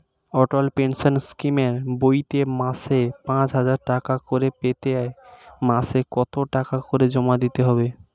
অটল pension স্কিমের বইতে মাসে পাঁচ হাজার টাকা করে পেতে মাসে কত টাকা করে জমা দিতে হবে?